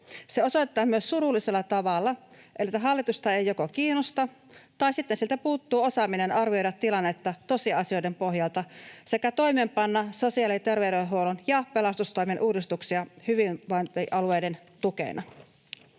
Se osoittaa myös surullisella tavalla, että hallitusta joko ei kiinnosta tai sitten sieltä puuttuu osaaminen arvioida tilannetta tosiasioiden pohjalta sekä toimeenpanna sosiaali- ja terveydenhuollon ja pelastustoimen uudistuksia hyvinvointialueiden tukena.